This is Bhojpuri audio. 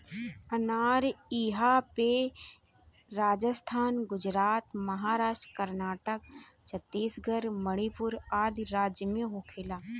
अनार इहां पे राजस्थान, गुजरात, महाराष्ट्र, कर्नाटक, छतीसगढ़ मणिपुर आदि राज में होखेला